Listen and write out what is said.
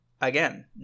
again